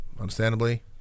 Understandably